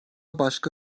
başka